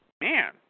Man